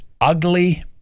ugly